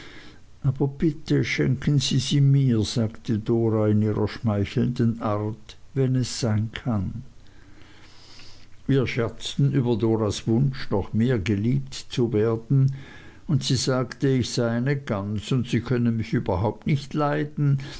aber bitte schenken sie sie mir sagte dora in ihrer schmeichelnden art wenn es sein kann wir scherzten über doras wunsch noch mehr geliebt zu werden und sie sagte ich sei eine gans und sie könne mich überhaupt nicht leiden